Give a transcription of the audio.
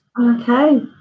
okay